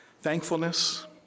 Thankfulness